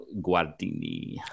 Guardini